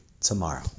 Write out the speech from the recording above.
tomorrow